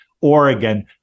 Oregon